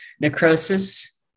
necrosis